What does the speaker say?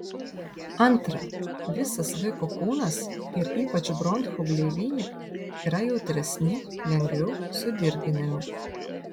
antra visas vaiko kūnas ir ypač bronchų gleivinė yra jautresni lengviau sudirginami